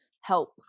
help